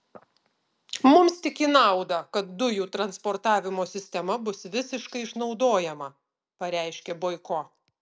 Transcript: mums tik į naudą kad dujų transportavimo sistema bus visiškai išnaudojama pareiškė boiko